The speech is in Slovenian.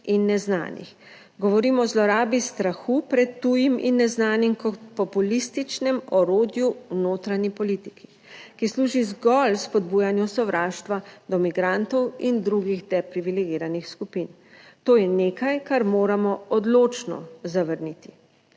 in neznanih. Govorimo o zlorabi strahu pred tujim in neznanim populističnem orodju v notranji politiki, ki služi zgolj spodbujanju sovraštva do migrantov in drugih depriviligiranih skupin. To je nekaj, kar moramo odločno zavrniti.